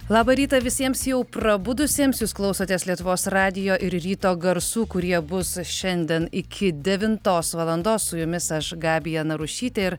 labą rytą visiems jau prabudusiems jūs klausotės lietuvos radijo ir ryto garsų kurie bus šiandien iki devintos valandos su jumis aš gabija narušytė ir